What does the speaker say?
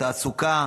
תעסוקה,